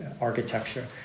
architecture